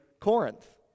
Corinth